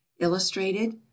illustrated